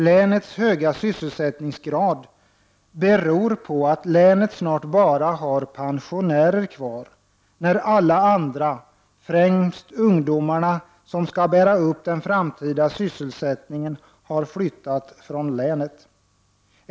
Länets höga sysselsättningsgrad beror på att länet snart bara har pensionärer kvar eftersom alla de andra, främst ungdomarna som skall bära upp den framtida sysselsättningen, har flyttat från länet.